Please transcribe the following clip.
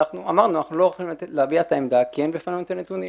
אמרנו: אנחנו לא יכולים להביע את העמדה כי אין בפנינו את הנתונים.